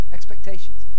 Expectations